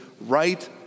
right